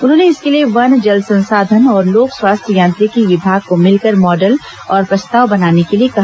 उन्होंने इसके लिए वन जल संसाधन तथा लोक स्वास्थ्य यांत्रिकी विभाग को मिलकर मॉडल और प्रस्ताव बनाने के लिए कहा